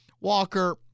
Walker